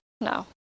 no